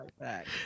back